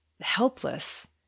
helpless